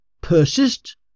Persist